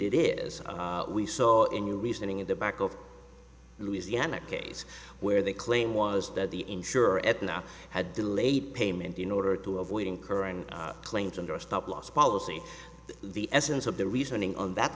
it is we saw in your reasoning in the back of louisiana a case where the claim was that the insurer aetna had delayed payment in order to avoid incurring claims under stop loss policy the essence of the reasoning on that